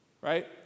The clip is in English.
right